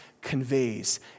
conveys